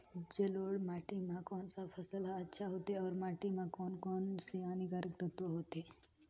जलोढ़ माटी मां कोन सा फसल ह अच्छा होथे अउर माटी म कोन कोन स हानिकारक तत्व होथे?